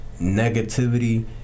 negativity